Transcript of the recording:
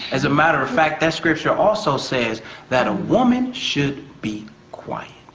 as a matter of fact, that scripture also says that a woman should be quiet.